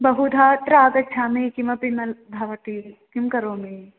बहुधा अत्र आगच्छामि किमपि न भवति किं करोमि